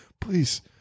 please